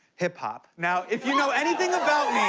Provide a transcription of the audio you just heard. hip-hop. now if you know anything about me,